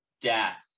death